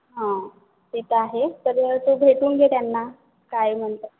हं तिथं आहे तर तू भेटून घे त्यांना काय म्हणतात